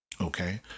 Okay